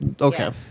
Okay